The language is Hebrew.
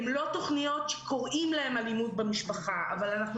הן לא תוכניות שקוראים להן אלימות במשפחה אבל אנחנו